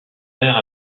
verre